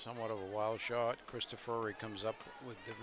somewhat of a wild shot christopher it comes up with th